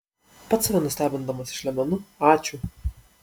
pats save nustebindamas išlemenu ačiū